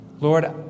Lord